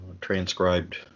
transcribed